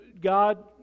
God